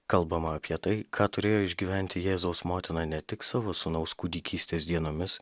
kalbama apie tai ką turėjo išgyventi jėzaus motina ne tik savo sūnaus kūdikystės dienomis